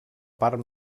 part